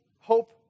hope